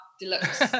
deluxe